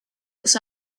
its